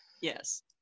yes